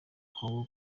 congo